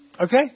Okay